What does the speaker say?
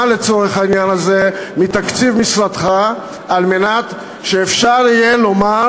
לצורך העניין הזה מתקציב משרדך על מנת שאפשר יהיה לומר